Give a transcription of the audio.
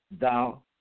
thou